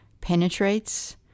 penetrates